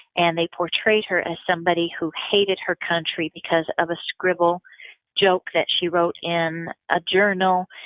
and they portrayed her as somebody who hated her country because of a scribbled joke that she wrote in a journal,